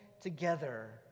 together